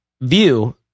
view